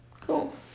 Cool